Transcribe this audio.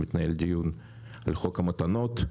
מתנהל דיון על "חוק המתנות".